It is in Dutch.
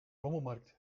rommelmarkt